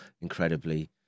incredibly